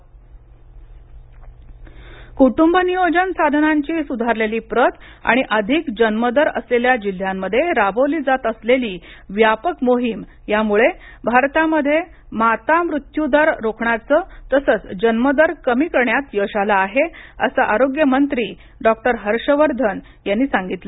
हर्षवर्धन कुटुंब नियोजन साधनांची सुधारलेली प्रत आणि अधिक जन्मदर असलेल्या जिल्ह्यांमध्ये राबवली जात असलेली व्यापक मोहीम यामुळं आरतामध्ये माता मृत्यु रोखण्यात तसंच जन्मदर कमी करण्यात यश आलं आहे असं आरोग्यमंत्री डॉक्टर हर्ष वर्धन यांनी सांगितल